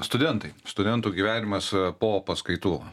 studentai studentų gyvenimas po paskaitų